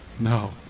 no